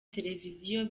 televisiyo